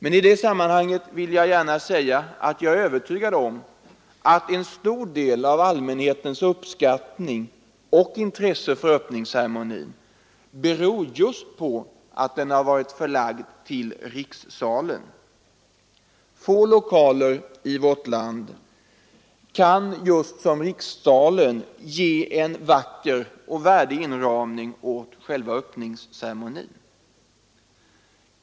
I det sammanhanget vill jag gärna säga att jag är övertygad om att en stor del av allmänhetens uppskattning och intresse för öppningsceremonin beror just på att den varit förlagd till rikssalen. Få lokaler i vårt land kan som rikssalen ge en vacker och värdig inramning åt själva öppningsceremonin.